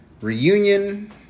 Reunion